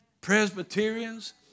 Presbyterians